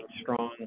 strong